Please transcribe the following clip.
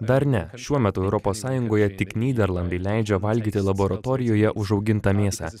dar ne šiuo metu europos sąjungoje tik nyderlandai leidžia valgyti laboratorijoje užaugintą mėsą